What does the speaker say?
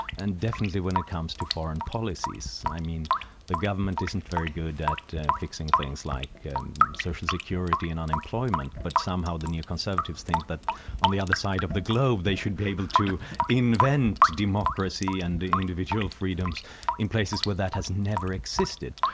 and definitely when it comes to foreign policies. i mean the government isn't very good at and fixing things like social security and unemployment, but somehow the neo-conservatives think that on the other side of the globe, they should be able to invent democracy and individual freedoms in places where that has never existed.